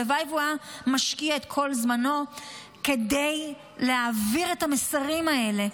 הלוואי שהוא היה משקיע את כל זמנו כדי להעביר את המסרים האלה,